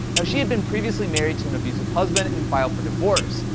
now she had been previously married to an abusive husband and filed for divorce.